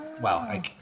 wow